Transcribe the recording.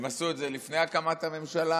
הם עשו את זה לפני הקמת הממשלה,